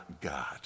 God